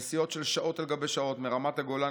נסיעות של שעות על גבי שעות מרמת הגולן